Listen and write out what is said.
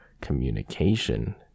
communication